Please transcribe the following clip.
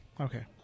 Okay